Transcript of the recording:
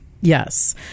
Yes